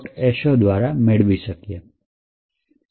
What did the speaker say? so દ્વારા મેળવી શકશે